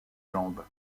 jambes